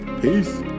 Peace